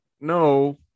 no